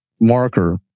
marker